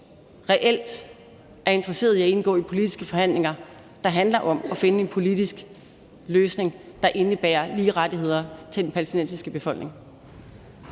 reelt er interesserede i at indgå i politiske forhandlinger, der handler om at finde en politisk løsning, der indebærer lige rettigheder for den palæstinensiske befolkning.